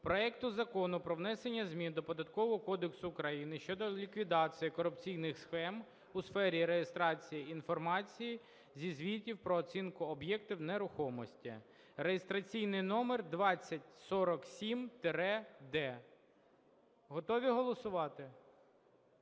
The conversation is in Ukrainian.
проекту Закону про внесення змін до Податкового кодексу України щодо ліквідації корупційних схем у сфері реєстрації інформації зі звітів про оцінку об'єктів нерухомості (реєстраційний номер 2047-д). Готові голосувати?